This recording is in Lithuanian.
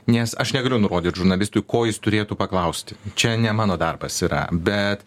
nes aš negaliu nurodyt žurnalistui ko jis turėtų paklausti čia ne mano darbas yra bet